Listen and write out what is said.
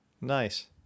Nice